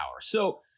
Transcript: So-